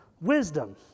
wisdom